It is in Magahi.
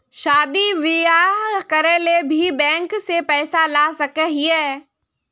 शादी बियाह करे ले भी बैंक से पैसा ला सके हिये?